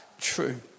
true